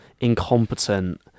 incompetent